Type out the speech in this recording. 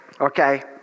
Okay